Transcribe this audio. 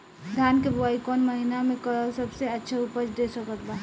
धान के बुआई कौन महीना मे करल सबसे अच्छा उपज दे सकत बा?